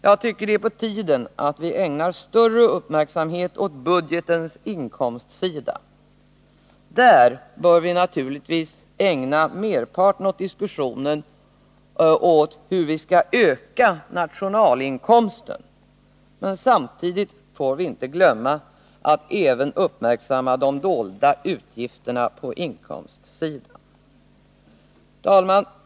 Jag tycker att det är på tiden att vi ägnar större uppmärksamhet åt budgetens inkomstsida. Där bör vi naturligtvis ägna merparten av diskussionen åt hur vi skall öka nationalinkomsten. Men samtidigt får vi inte glömma att även uppmärksamma de dolda utgifterna på inkomstsidan. Herr talman!